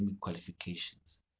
qualifications